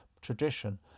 tradition